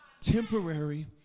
Temporary